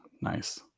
Nice